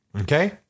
Okay